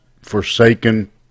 forsaken